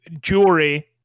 jewelry